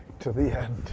to the end.